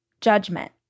judgment